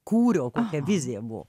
kūrio kokia vizija buvo